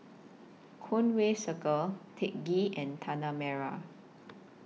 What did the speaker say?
Conway Circle Teck Ghee and Tanah Merah